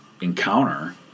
encounter